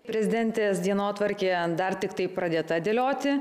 prezidentės dienotvarkė dar tiktai pradėta dėlioti